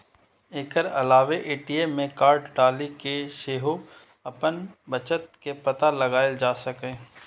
एकर अलावे ए.टी.एम मे कार्ड डालि कें सेहो अपन बचत के पता लगाएल जा सकैए